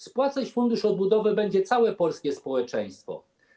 Spłacać Fundusz Odbudowy będzie całe polskie społeczeństwo.